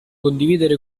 condividere